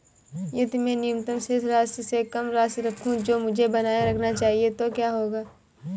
यदि मैं न्यूनतम शेष राशि से कम राशि रखूं जो मुझे बनाए रखना चाहिए तो क्या होगा?